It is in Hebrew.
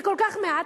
זה כל כך מעט,